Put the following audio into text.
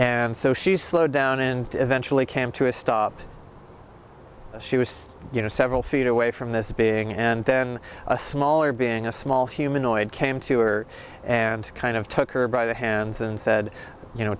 and so she slowed down and eventually came to a stop she was you know several feet away from this being and then a smaller being a small humanoid came to her and kind of took her by the hands and said you know